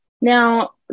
Now